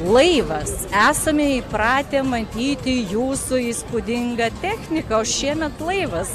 laivas esame įpratę matyti jūsų įspūdingą techniką o šiemet laivas